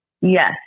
Yes